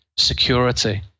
security